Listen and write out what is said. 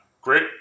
Great